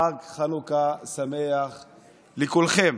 חג חנוכה שמח לכולכם.